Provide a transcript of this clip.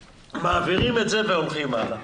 שמעבירים את זה והולכים הלאה.